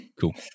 cool